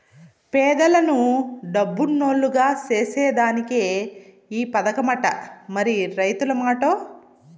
పేదలను డబ్బునోల్లుగ సేసేదానికే ఈ పదకమట, మరి రైతుల మాటో